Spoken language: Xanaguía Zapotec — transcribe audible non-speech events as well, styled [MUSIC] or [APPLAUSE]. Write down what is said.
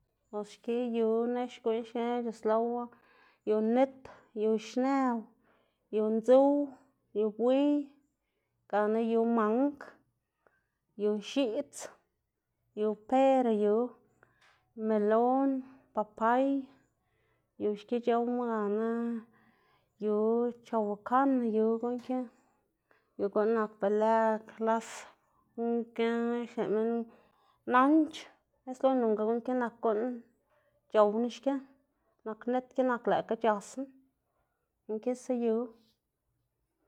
Bos xki yu nex guꞌn xki c̲h̲uslowu, yu nit, yu xnëw, yu ndzuw, yu bui gana yu mang, yu x̱iꞌdz, yu pera, yu melon, papay yu xki c̲h̲owma gana yu chabacana yu guꞌn ki, [NOISE] yu guꞌn nak be lëꞌ klas guꞌn ki xneꞌ minn nanc̲h̲, bos nonga guꞌn ki nak guꞌn c̲h̲owná xki, nak nit ki nak lëꞌkga c̲h̲asná, guꞌn kisa yu.